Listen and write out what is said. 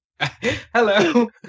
Hello